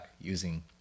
using